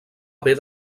haver